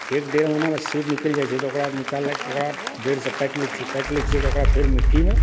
फेर डेढ़ महीनामे सिर निकलि जाइ छै तऽ ओकरा निकाललक ओकरा जड़िसँ काटि लय छी काटि लय छी तऽ ओकरा फेर मिट्टीमे